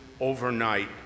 overnight